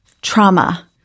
Trauma